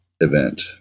event